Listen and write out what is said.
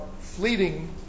fleeting